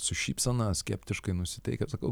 su šypsena skeptiškai nusiteikęs sakau